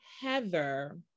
Heather